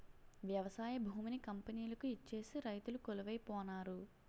వ్యవసాయ భూమిని కంపెనీలకు ఇచ్చేసి రైతులు కొలువై పోనారు